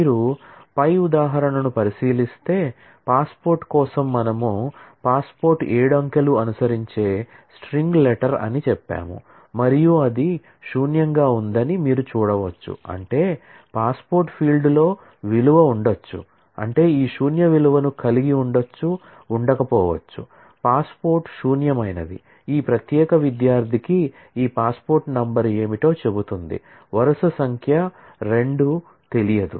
మీరు పై ఉదాహరణను పరిశీలిస్తే పాస్పోర్ట్ కోసం మనము పాస్పోర్ట్ ఏడు అంకెలు అనుసరించే స్ట్రింగ్ లెటర్ లో విలువ ఉండవచ్చు అంటే ఈ శూన్య విలువను కలిగి ఉండవచ్చు ఉండక పోవచ్చు పాస్పోర్ట్ శూన్యమైనది ఈ ప్రత్యేక విద్యార్థికి ఈ పాస్పోర్ట్ నంబర్ ఏమిటో చెబుతోంది వరుస సంఖ్య 2 తెలియదు